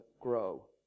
grow